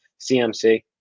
CMC